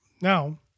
Now